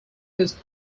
his